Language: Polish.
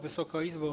Wysoka Izbo!